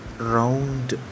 round